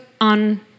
on